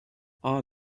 our